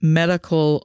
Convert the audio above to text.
medical